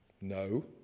No